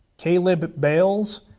caleb but bales,